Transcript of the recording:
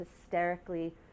hysterically